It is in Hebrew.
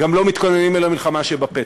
גם לא מתכוננים אל המלחמה שבפתח.